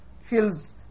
Feels